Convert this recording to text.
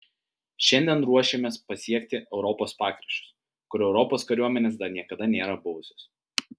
šiandien ruošėmės pasiekti europos pakraščius kur europos kariuomenės dar niekada nėra buvusios